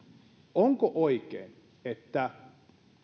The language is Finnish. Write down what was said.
onko oikein että